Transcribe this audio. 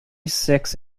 six